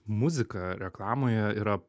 muzika reklamoje yra